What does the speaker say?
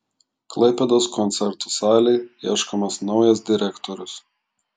klaipėdos koncertų salei ieškomas naujas direktorius